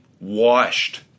washed